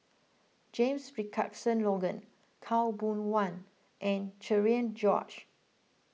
James Richardson Logan Khaw Boon Wan and Cherian George